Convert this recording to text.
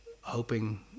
hoping